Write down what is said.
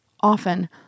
Often